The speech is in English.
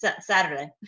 Saturday